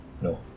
No